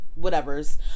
whatevers